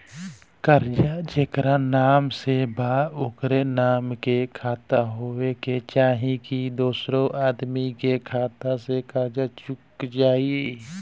कर्जा जेकरा नाम से बा ओकरे नाम के खाता होए के चाही की दोस्रो आदमी के खाता से कर्जा चुक जाइ?